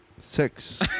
Six